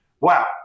wow